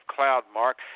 CloudMark